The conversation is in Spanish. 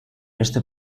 este